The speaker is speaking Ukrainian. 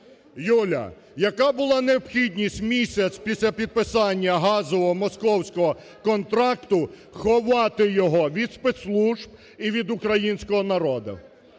Юля, яка була необхідність місяць після підписання газового московського контракту ховати його від спецслужб і від українського народу?